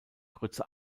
grütze